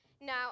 Now